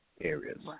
areas